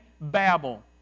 Babel